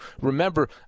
Remember